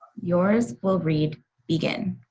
yours will read begin.